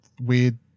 weird